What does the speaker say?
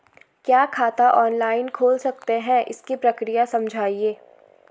क्या खाता ऑनलाइन खोल सकते हैं इसकी प्रक्रिया समझाइए?